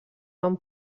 nom